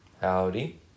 Howdy